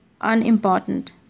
unimportant